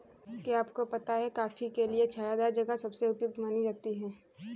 क्या आपको पता है कॉफ़ी के लिए छायादार जगह सबसे उपयुक्त मानी जाती है?